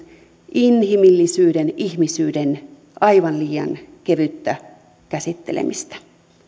inhimillisyyden ihmisyyden aivan liian kevyttä käsittelemistä